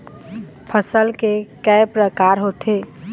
फसल के कय प्रकार होथे?